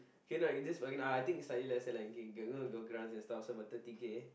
K now is you just bargain I think is slightly less than like you know got grants and stuff so is about thirty K